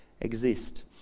exist